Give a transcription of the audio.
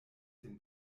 den